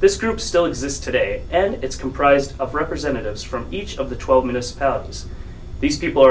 this group still exists today and it's comprised of representatives from each of the twelve minutes else these people